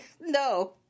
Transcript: No